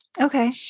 okay